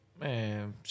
Man